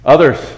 Others